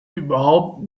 überhaupt